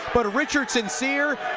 but richard and syncyr.